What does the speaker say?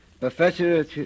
Professor